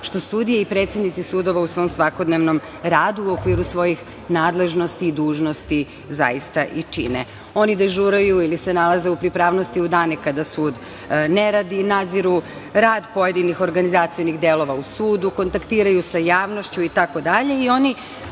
što sudije i predsednici sudova u svom svakodnevnom radu u okviru svoji nadležnosti i dužnosti zaista i čine. Oni dežuraju ili se nalaze u pripravnosti u danima kada sud ne radi, nadziru rad pojedinih organizacionih delova u sudu, kontaktiraju sa javnošću itd.